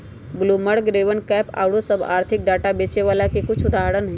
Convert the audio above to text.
Bloomberg, RavenPack आउरो सभ आर्थिक डाटा बेचे बला के कुछ उदाहरण हइ